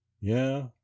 Yeah